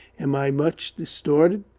am i much distorted?